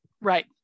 Right